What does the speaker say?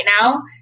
now